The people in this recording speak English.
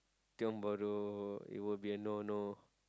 Tiong-Bahru it will be a no no